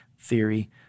theory